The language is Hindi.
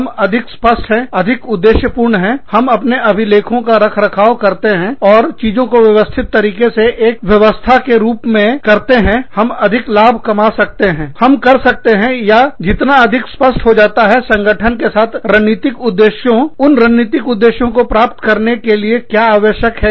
हम अधिक स्पष्ट हैंअधिक उद्देश्य पूर्ण हम अपने अभिलेखों का रखरखाव करते हैं और चीजों को व्यवस्थित तरीके से एक व्यवस्थाप्रणाली के रूप में करते हैंहम अधिक लाभ कमा सकते हैं या संगठन के साथ रणनीतिक उद्देश्यों संरेखित करने में स्पष्ट हो जाता हैसाथ में उन रणनीतिक उद्देश्यों को प्राप्त करने के लिए क्या आवश्यक है